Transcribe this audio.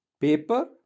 paper